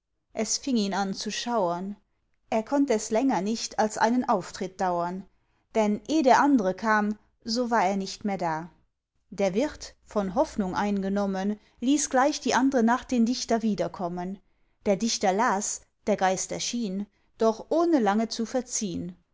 es fing ihn an zu schauern er konnt es länger nicht als einen auftritt dauern denn eh der andre kam so war er nicht mehr da der wirt von hoffnung eingenommen ließ gleich die andre nacht den dichter wiederkommen der dichter las der geist erschien doch ohne lange zu verziehn